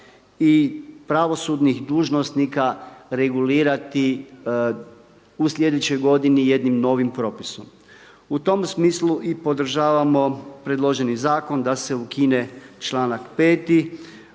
i pravosudnih dužnosnika regulirati u sljedećoj godini jednim novim propisom. U tom smislu podržavamo predloženi zakon da se ukine članak 5.